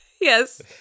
Yes